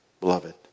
Beloved